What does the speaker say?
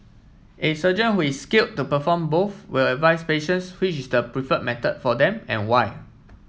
a surgeon who is skilled to perform both will advise patients which is the prefer method for them and why